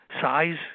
size